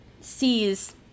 sees